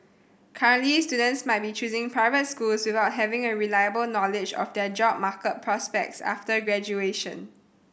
currently students might be choosing private schools without having a reliable knowledge of their job market prospects after graduation